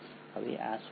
હવે આ શું છે